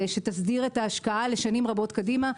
שתסדיר את ההשקעה לשנים רבות קדימה.